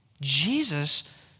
Jesus